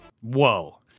Whoa